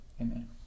amen